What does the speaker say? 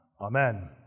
Amen